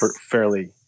fairly –